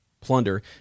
plunder